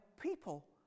people